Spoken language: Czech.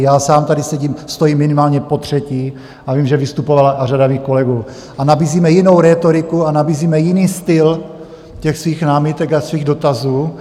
Já sám tady sedím, stojím minimálně potřetí a vím, že vystupovala řada mých kolegů, a nabízíme jinou rétoriku a nabízíme jiný styl svých námitek a svých dotazů.